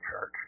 Church